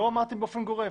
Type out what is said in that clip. לא אמרתי באופן גורף.